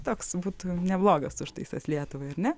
toks būtų neblogas užtaisas lietuvai ar ne